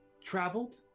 traveled